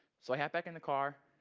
so i head back in the car,